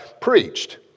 preached